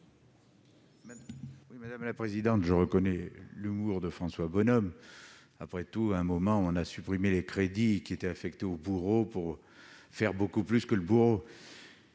de vote. Je reconnais là l'humour de François Bonhomme. Après tout, à un moment, on a bien supprimé les crédits affectés au bourreau pour faire beaucoup plus que le bourreau